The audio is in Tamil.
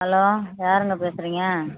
ஹலோ யாருங்க பேசுகிறீங்க